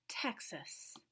Texas